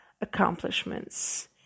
accomplishments